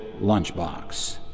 lunchbox